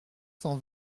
cent